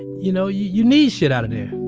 you know, you need shit outta there.